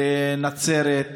בנצרת,